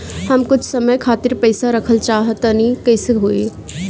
हम कुछ समय खातिर पईसा रखल चाह तानि कइसे होई?